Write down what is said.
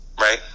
right